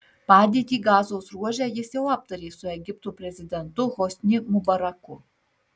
padėtį gazos ruože jis jau aptarė su egipto prezidentu hosni mubaraku